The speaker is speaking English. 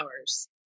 hours